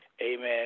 Amen